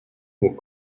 aux